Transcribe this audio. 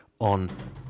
on